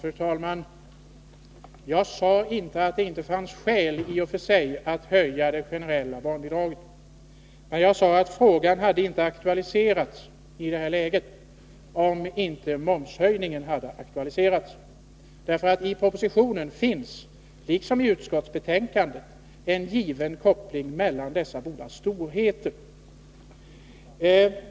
Fru talman! Jag sade inte att det inte i och för sig fanns skäl att höja det generella barnbidraget, utan jag sade att frågan i det här läget inte skulle ha aktualiserats om inte momshöjningen hade gjort det. I propositionen liksom i utskottsbetänkandet finns nämligen en given koppling mellan dessa båda storheter.